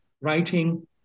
writing